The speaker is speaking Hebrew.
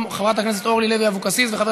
גם חברת הכנסת אורלי לוי אבקסיס וחבר